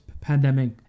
pandemic